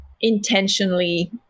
intentionally